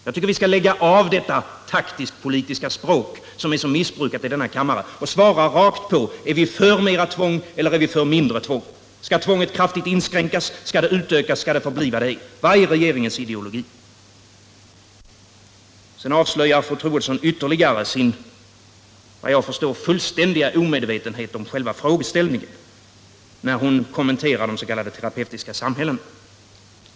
Jag tycker vi skall lägga av ka vården det taktiskt politiska språket som är så missbrukat i denna kammare och svara rakt på sak. Är ni för mera tvång eller är ni för mindre tvång? Skall tvånget kraftigt inskränkas, skall det utökas, skall det förbli vad det är? Vilken är regeringens ideologi? Fru Troedsson avslöjade ytterligare sin såvitt jag kan förstå fullständiga omedvetenhet om själva frågeställningen när hon kommenterade de s.k. terapeutiska samhällena.